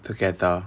together